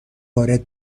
وارد